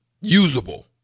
usable